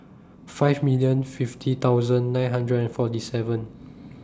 five million fifty thousand nine hundred and forty seven